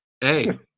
hey